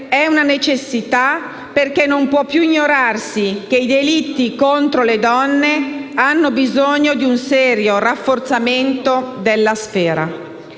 è una necessità perché non può più ignorarsi che i delitti contro le donne hanno bisogno di un serio rafforzamento della sfera.